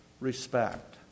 respect